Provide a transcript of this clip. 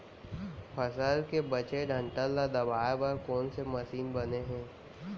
फसल के बचे डंठल ल दबाये बर कोन से मशीन बने हे?